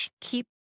keep